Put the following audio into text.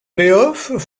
playoffs